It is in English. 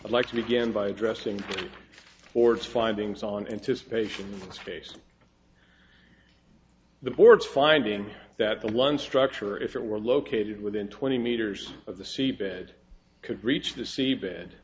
i'd like to begin by addressing ford's findings on anticipation space the board's finding that the one structure if it were located within twenty meters of the seabed could reach the seabed